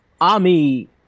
Ami